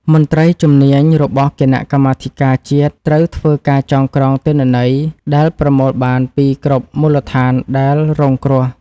មន្ត្រីជំនាញរបស់គណៈកម្មាធិការជាតិត្រូវធ្វើការចងក្រងទិន្នន័យដែលប្រមូលបានពីគ្រប់មូលដ្ឋានដែលរងគ្រោះ។